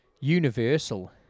universal